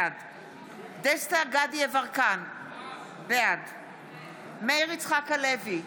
בעד דסטה גדי יברקן, בעד מאיר יצחק-הלוי,